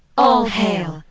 all hail,